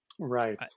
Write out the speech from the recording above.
Right